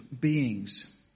beings